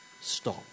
stop